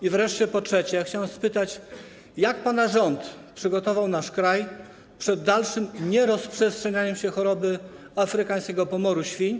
I wreszcie po trzecie: Chciałem spytać, jak pana rząd przygotował nasz kraj przed dalszym nierozprzestrzenianiem się choroby afrykańskiego pomoru świń?